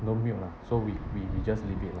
no mute ah so we we we just leave it